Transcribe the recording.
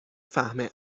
فهمه